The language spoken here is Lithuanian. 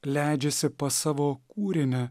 leidžiasi pas savo kūrinį